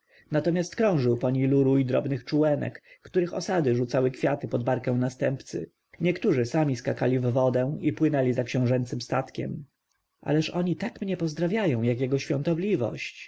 natomiast krążył po nilu rój drobnych czółenek których osady rzucały kwiaty pod barkę następcy niektórzy sami skakali w wodę i płynęli za książęcym statkiem ależ oni tak mnie pozdrawiają jak jego świątobliwość